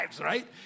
right